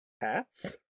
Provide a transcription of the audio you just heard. hats